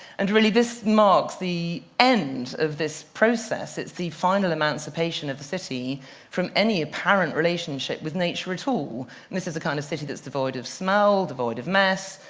and really this marks the end of this process. it's the final emancipation of the city from any apparent relationship with nature at all. and this is the kind of city that's devoid of smell, devoid of mess,